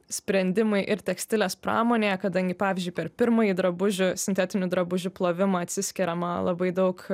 sprendimai ir tekstilės pramonėje kadangi pavyzdžiui per pirmąjį drabužių sintetinių drabužių plovimą atsiskiriama labai daug